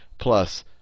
plus